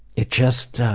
it just